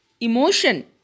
emotion